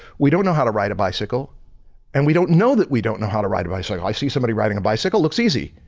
we don't know how to ride a bicycle and we don't know that we don't know how to ride a bicycle. i see somebody riding a bicycle, looks easy.